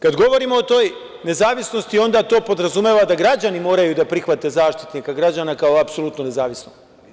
Kada govorimo o toj nezavisnosti, onda to podrazumeva da građani moraju da prihvate Zaštitnika građana kao apsolutno nezavisnog.